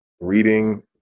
reading